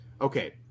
Okay